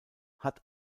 hat